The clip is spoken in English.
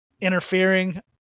interfering